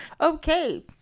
Okay